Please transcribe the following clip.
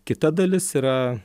kita dalis yra